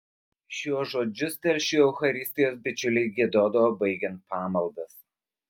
šiuos žodžius telšių eucharistijos bičiuliai giedodavo baigiant pamaldas